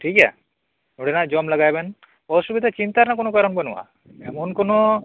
ᱱᱚᱸᱰᱮ ᱱᱟᱜ ᱡᱚᱢ ᱞᱮᱜᱟᱭ ᱵᱤᱱ ᱚᱥᱩᱵᱤᱫᱷᱟ ᱪᱤᱱᱛᱟ ᱨᱮᱱᱟᱜ ᱠᱳᱱᱳ ᱠᱟᱨᱚᱱ ᱵᱟᱱᱩᱜᱼᱟ ᱮᱢᱚᱱ ᱠᱳᱱᱳ